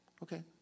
Okay